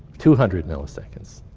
two hundred milliseconds,